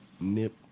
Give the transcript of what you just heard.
Nip